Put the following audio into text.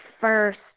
first